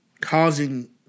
causing